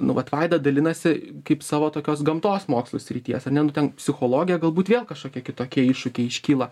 nu vat vaida dalinasi kaip savo tokios gamtos mokslų srities ar ne nu ten psichologija galbūt vėl kažkokie kitokie iššūkiai iškyla